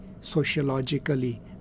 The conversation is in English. sociologically